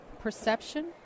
Perception